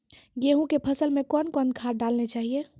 गेहूँ के फसल मे कौन कौन खाद डालने चाहिए?